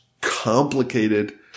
complicated